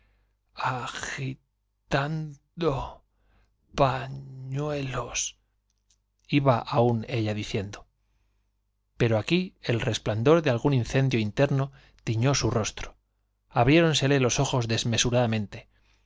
agio pa iba aún ella diciendo pero aquí el resplandor de algún incendio interno tiñó su rostro abriéronsele los desmesuradamente